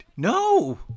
No